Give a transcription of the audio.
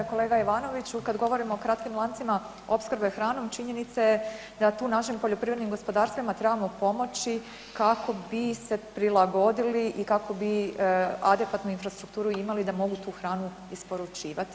Kolega Ivanoviću, kad govorimo o kratkim lancima opskrbe hranom činjenica je da tu našim poljoprivrednim gospodarstvima trebamo pomoći kako bi se prilagodili i kako bi adekvatnu infrastrukturu imali da mogu tu hranu isporučivati.